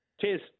Cheers